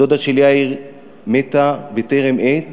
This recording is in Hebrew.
הדודה של יאיר מתה בטרם עת